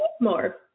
more